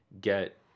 get